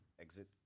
exit